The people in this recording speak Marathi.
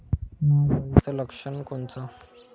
नाग अळीचं लक्षण कोनचं?